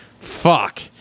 fuck